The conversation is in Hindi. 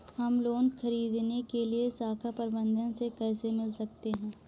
हम लोन ख़रीदने के लिए शाखा प्रबंधक से कैसे मिल सकते हैं?